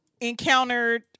encountered